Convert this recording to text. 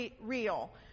real